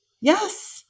Yes